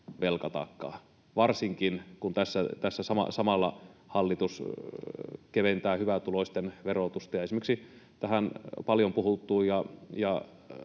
velkataakkaa — varsinkin, kun tässä samalla hallitus keventää hyvätuloisten verotusta. Ja hallituksella on varaa